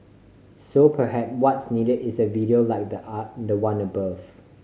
so perhaps what's needed is a video like the ah the one above